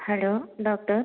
hello doctor